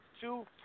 two